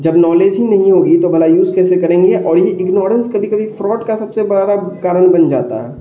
جب نالج ہی نہیں ہوگی تو بھلا یوز کیسے کریں گے اور یہ اگنورنس کبھی کبھی فراڈ کا سب سے بڑا کارن بن جاتا ہے